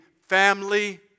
family